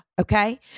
okay